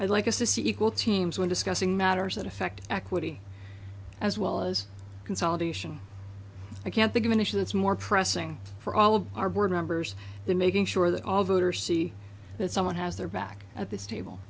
i'd like us to see equal teams when discussing matters that affect equity as well as consolidation i can't think of an issue that's more pressing for all of our board members than making sure that all voters see that someone has their back at this table